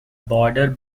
border